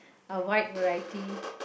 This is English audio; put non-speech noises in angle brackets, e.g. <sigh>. a wide variety <noise>